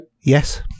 Yes